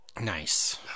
Nice